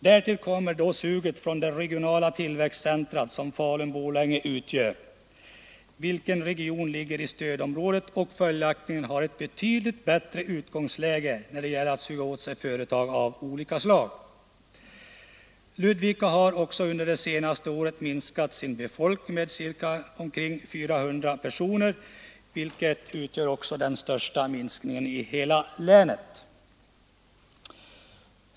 Därtill kommer suget från det regionala tillväxtcentrum som Falun-Borlänge utgör, vilken region ligger i stödområdet och följaktligen har ett betydligt bättre utgångsläge när det gäller att suga åt sig företag av olika slag. Ludvikas befolkning har under det senaste året minskat med omkring 400 personer, vilket utgör den största minskningen i hela länet.